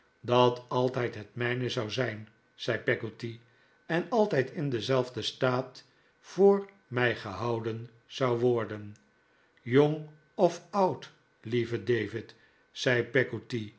dat altijd het mijne zou zijn zei peggotty en altijd in denzelfden staat voor mij gehouden zou worden jong of oud lieve david zei